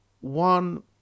One